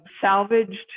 salvaged